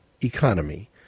economy